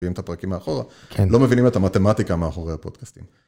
מביאים את הפרקים מאחורה, לא מבינים את המתמטיקה מאחורי הפודקאסטים.